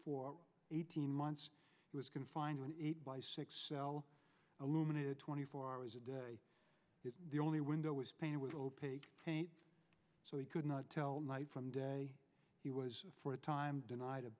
for eighteen months he was confined by six cell alumina twenty four hours a day the only window was painted with opaque paint so he could not tell night from day he was for a time denied